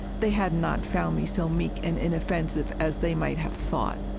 they had not found me so meek and inoffensive as they might have thought!